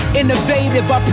innovative